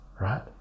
right